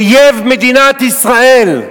אויב מדינת ישראל,